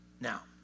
Now